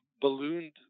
ballooned